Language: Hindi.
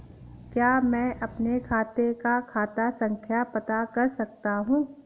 क्या मैं अपने खाते का खाता संख्या पता कर सकता हूँ?